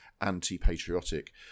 anti-patriotic